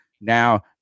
Now